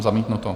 Zamítnuto.